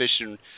fishing